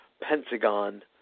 Pentagon